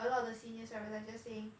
a lot of the seniors were like just saying